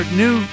new